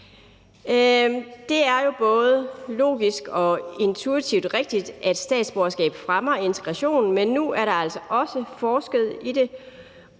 Det er jo både logisk og intuitivt rigtigt, at statsborgerskab fremmer integrationen, men nu er der altså også forsket i det.